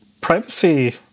privacy